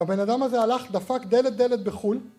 ‫הבן אדם הזה הלך דפק ‫דלת-דלת בחו"ל.